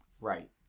Right